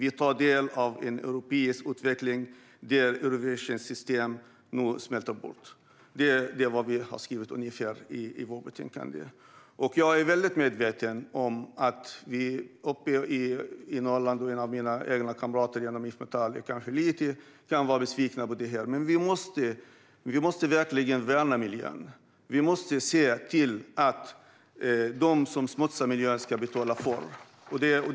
Vi tar del av en europeisk utveckling där Eurovinjettsystemet nu smälter bort. Det är ungefär vad vi har skrivit i vårt betänkande. Jag är medveten om att mina kamrater inom IF Metall uppe i Norrland kanske är lite besvikna på detta, men vi måste verkligen värna miljön och se till att de som smutsar ned miljön betalar för det.